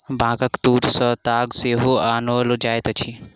बांगक तूर सॅ ताग सेहो बनाओल जाइत अछि